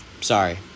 Sorry